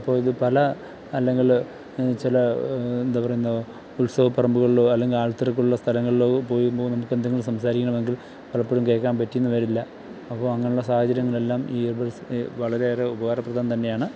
അപ്പോൾ ഇത് പല അല്ലെങ്കിൽ ചില എന്താ പറയുന്നത് ഉത്സവപറമ്പുകളിലോ അല്ലെങ്കിൽ ആൾതിരക്കുള്ള സ്ഥലങ്ങളിലൊക്കെ പോയി ഇപ്പോൾ നമുക്കെന്തെങ്കിലും സംസാരിക്കണമെങ്കിൽ പലപ്പോഴും കേൾക്കാൻ പറ്റിയെന്ന് വരില്ല അപ്പോൾ അങ്ങനുള്ള സാഹചര്യങ്ങളെല്ലാം ഈ ഇയർ ബഡ്സ് വളരെയേറെ ഉപകാരപ്രദം തന്നെയാണ്